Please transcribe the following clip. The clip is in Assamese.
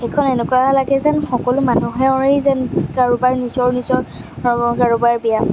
সেইখন এনেকুৱা লাগে যেন সকলো মানুহৰেই যেন কাৰোবাৰ নিজৰ নিজৰ কাৰোবাৰ বিয়া